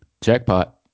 Jackpot